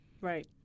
Right